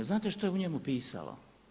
Znate što je u njemu pisalo?